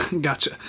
Gotcha